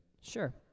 Sure